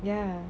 ya